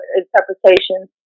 interpretations